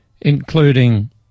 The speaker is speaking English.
including